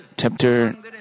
chapter